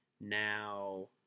Now